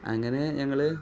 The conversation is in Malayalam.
അങ്ങനെ ഞങ്ങള്